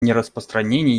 нераспространении